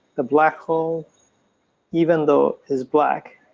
the black hole even though is black,